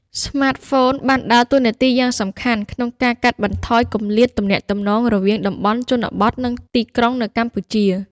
ស្មាតហ្វូនបានដើរតួនាទីយ៉ាងសំខាន់ក្នុងការកាត់បន្ថយគម្លាតទំនាក់ទំនងរវាងតំបន់ជនបទ និងទីក្រុងនៅកម្ពុជា។